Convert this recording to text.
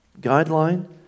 guideline